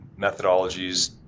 methodologies